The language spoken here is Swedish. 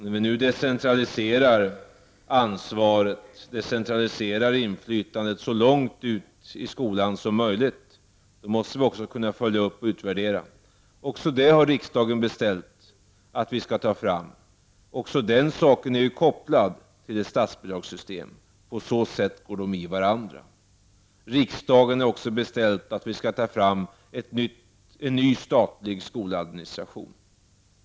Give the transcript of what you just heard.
När vi nu decentraliserar ansvar och inflytande så långt ut i skolan som möjligt, måste vi också kunna följa upp och utvärdera detta. Även detta har vi fått i uppdrag av riksdagen att göra, och även det är kopplat till ett statsbidragssystem. På så sätt går uppgifterna in i varandra. Riksdagen har vidare uppdragit till oss att ta fram en ny statlig skoladministration.